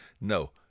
No